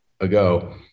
ago